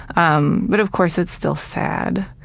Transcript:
um but, of course, it's still sad.